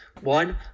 one